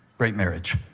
great marriage.